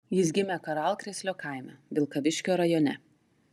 jis gimė karalkrėslio kaime vilkaviškio rajone